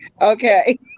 Okay